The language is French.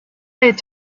est